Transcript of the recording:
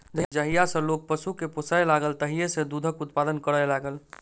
जहिया सॅ लोक पशु के पोसय लागल तहिये सॅ दूधक उत्पादन करय लागल